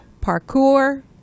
parkour